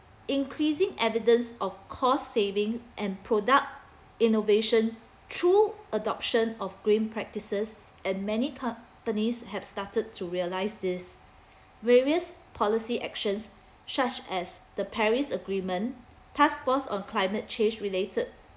increasing evidence of cost saving and product innovation through adoption of green practices and many companies have started to realize this various policy actions such as the paris agreement task force on climate change related